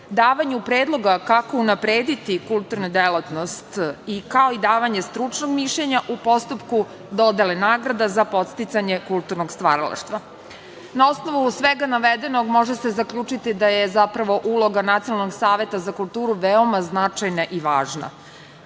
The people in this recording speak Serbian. davanju predloga kako unaprediti kulturnu delatnost, kao i davanje stručnog mišljenja u postupku dodele nagrada za podsticanje kulturnog stvaralaštva. Na osnovu svega navedenog, može se zaključiti da je zapravo uloga Nacionalnog saveta za kulturu veoma značajna i važna. Po